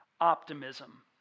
optimism